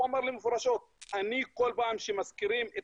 הוא אמר לי מפורשות: כל פעם שמזכירים את